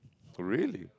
oh really